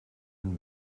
een